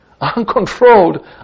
uncontrolled